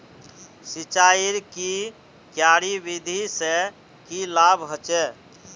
सिंचाईर की क्यारी विधि से की लाभ होचे?